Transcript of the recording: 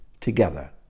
together